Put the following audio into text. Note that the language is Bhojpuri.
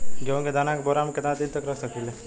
गेहूं के दाना के बोरा में केतना दिन तक रख सकिले?